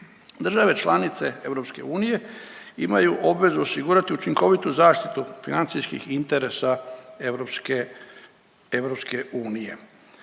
Države članice EU imaju obvezu osigurati učinkovitu zaštitu financijskih interesa EU,